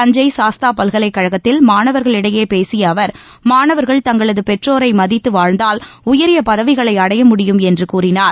தஞ்சை சாஸ்த்ரா பல்கலைக்கழகத்தில் மாணவர்களிடையே பேசிய அவர் மாணவர்கள் தங்களது பெற்றோரை மதித்து வாழ்ந்தால் உயரிய பதவிகளை அடைய முடியும் என்று கூறினார்